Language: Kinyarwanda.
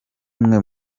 mwe